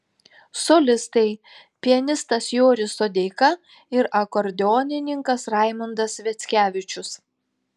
solistai pianistas joris sodeika ir akordeonininkas raimundas sviackevičius